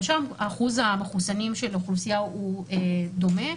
שם אחוז המחוסנים של האוכלוסייה הוא דומה.